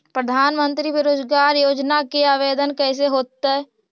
प्रधानमंत्री बेरोजगार योजना के आवेदन कैसे होतै?